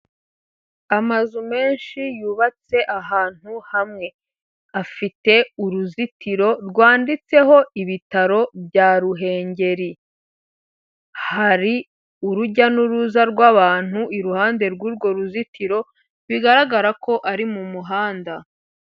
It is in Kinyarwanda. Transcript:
Amazu menshi yubatse ahantu hamwe afite uruzitiro rwanditseho ibitaro bya Ruhengeri, hari urujya n'uruza rw'abantu iruhande rw'urwo ruzitiro bigaragara ko ari mumuhanda.